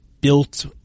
built